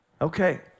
Okay